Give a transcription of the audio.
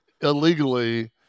illegally